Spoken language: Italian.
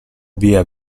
via